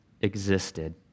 existed